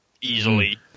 easily